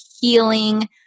healing